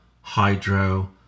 hydro